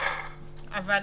אבל